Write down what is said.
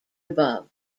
above